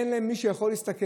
אין להם מי שיכול להסתכל,